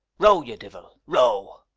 row, ye divil! row!